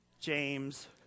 James